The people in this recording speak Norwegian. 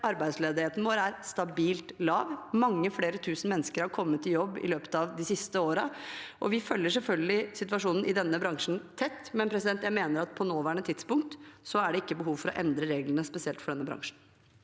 arbeidsledigheten vår er stabilt lav, mange flere tusen mennesker har kommet i jobb i løpet av de siste årene. Vi følger selvfølgelig situasjonen i denne bransjen tett, men jeg mener at på nåværende tidspunkt er det ikke behov for å endre reglene spesielt for denne bransjen.